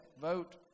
vote